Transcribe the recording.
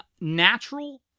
natural